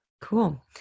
cool